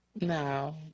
no